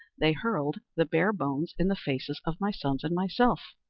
they hurled the bare bones in the faces of my sons and myself.